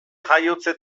jaiotze